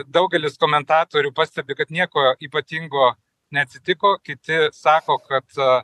daugelis komentatorių pastebi kad nieko ypatingo neatsitiko kiti sako kad